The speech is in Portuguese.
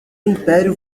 império